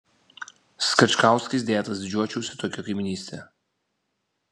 skačkauskais dėtas didžiuočiausi tokia kaimynyste